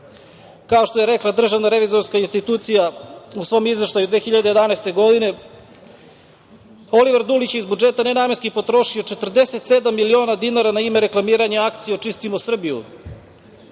Kao što je rekla Državna revizorska institucija u svom Izveštaju 2011. godine, Oliver Dulić je iz budžeta nenamenski potrošio 47 miliona dinara na ime reklamiranja akcije – očistimo Srbiju.